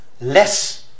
less